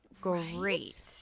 great